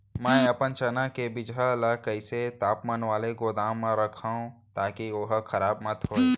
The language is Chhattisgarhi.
मैं अपन चना के बीजहा ल कइसन तापमान वाले गोदाम म रखव ताकि ओहा खराब मत होवय?